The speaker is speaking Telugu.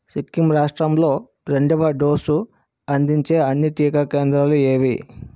సిక్కింరాష్ట్రంలో రెండవ డోసు అందించే అన్ని టీకా కేంద్రాలు ఏవి